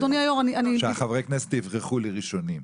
שחברי הכנסת יברחו לי ראשונים.